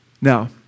Now